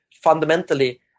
fundamentally